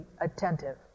attentive